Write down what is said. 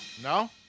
No